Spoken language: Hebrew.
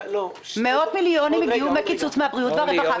מאות מיליונים הגיעו מהקיצוץ מהבריאות והרווחה